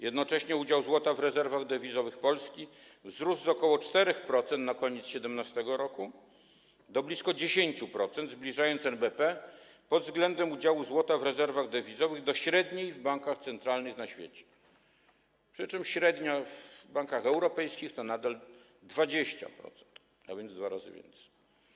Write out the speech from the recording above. Jednocześnie udział złota w rezerwach dewizowych Polski wzrósł z ok. 4% na koniec 2017 r. do blisko 10%, zbliżając NBP pod względem udziału złota w rezerwach dewizowych do średniej w bankach centralnych na świecie, przy czym średnio w bankach europejskich to nadal 20%, a więc dwa razy więcej.